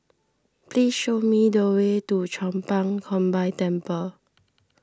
please show me the way to Chong Pang Combined Temple